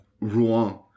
Rouen